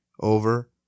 over